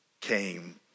came